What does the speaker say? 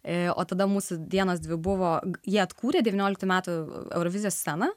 ėjo o tada mūsų dienos dvi buvo ji atkūrė devynioliktų metų eurovizijos sceną